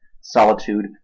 solitude